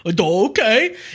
Okay